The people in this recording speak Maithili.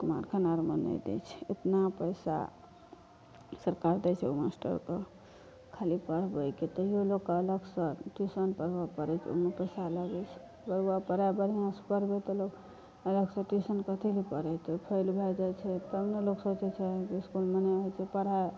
कुमारखंड आरमे नहि दै छै एतना पैसा सरकार दै छै ओ मास्टरके खाली पढ़बैके तैयो लोककेँ अलगसँ टियूशन पढ़बऽ पड़ैत छै ओहिमे पैसा लगैत छै बढ़िआँसँ पढ़बै तऽ लोक अलगसँ टियूशन कथी लए पढ़ेतै फेल भए जाइत छै तब ने लोक सोचैत छै इसकुलमे नहि होइ छै पढ़ाइ